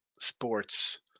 Sports